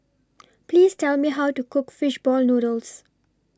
Please Tell Me How to Cook Fish Ball Noodles